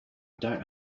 don’t